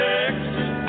Texas